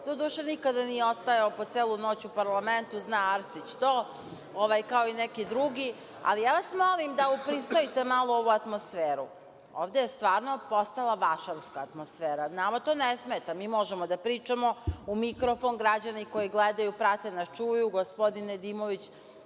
doduše nikada nije ostajao po celu noć u parlamentu, zna Arsić to, kao i neki drugi, ali, ja vas molim da upristojite malo ovu atmosferu. Ovde je stvarno postala vašarska atmosfera. Nama to ne smeta, mi možemo da pričamo u mikrofon, građani koji gledaju, prate nas i čuju. Gospodin Nedimović,